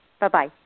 Bye-bye